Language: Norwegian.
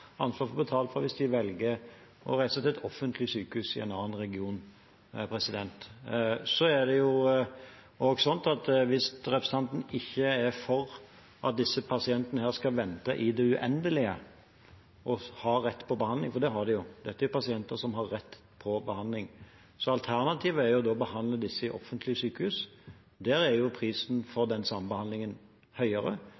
ansvar for å betale for det, på samme måte som de har ansvar for å betale hvis de velger å reise til et offentlig sykehus i en annen region. Hvis representanten ikke er for at disse pasientene skal vente i det uendelige og ha rett til behandling – for det har de jo, dette er pasienter som har rett til behandling – er alternativet å behandle disse i offentlige sykehus. Der er prisen